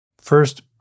First